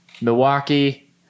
Milwaukee